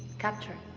captured?